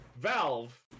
Valve